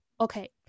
okay